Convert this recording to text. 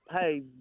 Hey